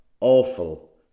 awful